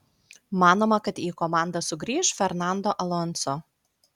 manoma kad į komandą sugrįš fernando alonso